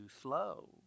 slow